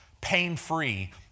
pain-free